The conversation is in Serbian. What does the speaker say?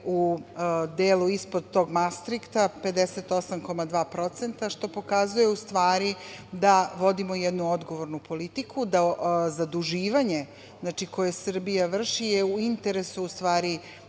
u delu ispod tog Mastrihta 58,2%, što pokazuje u stvari da vodimo jednu odgovornu politiku, da zaduživanje koje Srbija vrši je u interesu najviše